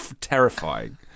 terrifying